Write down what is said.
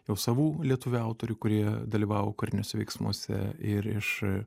jau savų lietuvių autorių kurie dalyvavo kariniuose veiksmuose ir iš